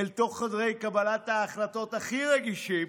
אל תוך חדרי קבלת ההחלטות הכי רגישים,